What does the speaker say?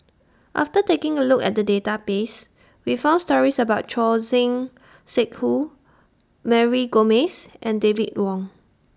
after taking A Look At The Database We found stories about Choor Singh Sidhu Mary Gomes and David Wong